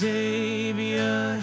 Savior